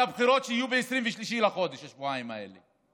שיהיו ב-23 בחודש, השבועיים האלה.